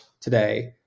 today